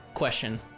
Question